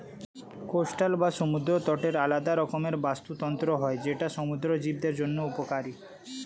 coastal বা সমুদ্র তটের আলাদা রকমের বাস্তুতন্ত্র হয় যেটা সমুদ্র জীবদের জন্য উপকারী